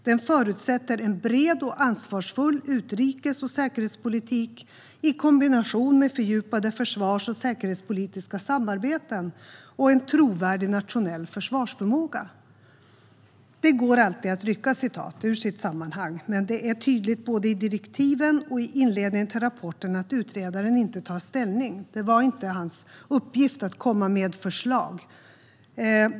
Den förutsätter en bred och ansvarsfull utrikes och säkerhetspolitik i kombination med fördjupade försvars och säkerhetspolitiska samarbeten liksom en trovärdig nationell försvarsförmåga. Det går alltid att rycka citat ur sitt sammanhang, men det är tydligt både i direktiven och i inledningen till rapporten att utredaren inte tar ställning. Det var inte hans uppgift att komma med förslag.